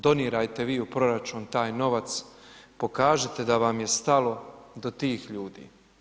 Donirajte vi u proračun taj nova, pokažite da vam je stalo do tih ljudi.